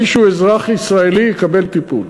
מי שהוא אזרח ישראלי יקבל טיפול.